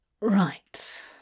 Right